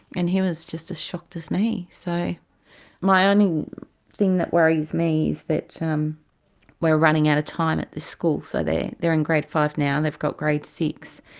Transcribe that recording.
and he was just as shocked as me. so my only thing that worries me is that so um we're running out of time at this school. so they're in grade five now, they've got grade six,